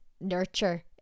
nurture